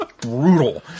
brutal